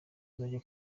uzajya